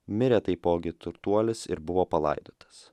mirė taipogi turtuolis ir buvo palaidotas